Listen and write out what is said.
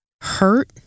hurt